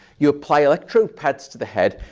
you apply electro pads to the head,